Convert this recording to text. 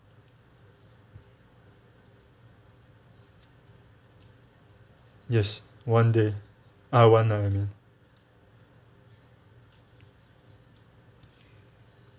yes one day uh one night I mean